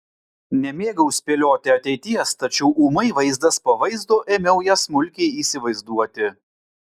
nemėgau spėlioti ateities tačiau ūmai vaizdas po vaizdo ėmiau ją smulkiai įsivaizduoti